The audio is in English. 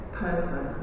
person